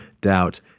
doubt